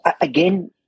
Again